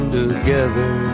together